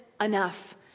enough